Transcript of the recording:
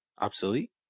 Obsolete